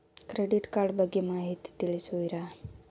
Credit card ಬಗ್ಗೆ ಮಾಹಿತಿ ತಿಳಿಸುವಿರಾ?